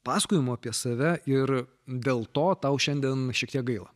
pasakojimų apie save ir dėl to tau šiandien šiek tiek gaila